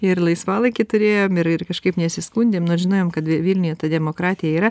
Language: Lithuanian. ir laisvalaikį turėjom ir ir kažkaip nesiskundėm nors žinojom kad vilniuje ta demokratija yra